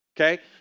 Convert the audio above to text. Okay